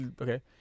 Okay